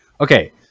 Okay